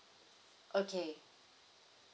okay